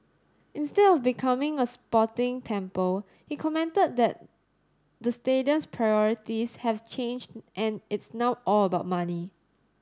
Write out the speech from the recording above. instead of becoming a sporting temple he commented that the stadium's priorities have changed and it's now all about money